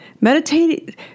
meditating